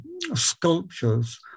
sculptures